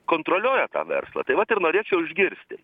kontroliuoja tą verslą tai vat ir norėčiau išgirsti